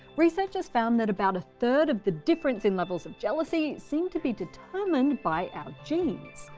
researchers found that about a third of the differences in levels of jealousy seems to be determined by our genes.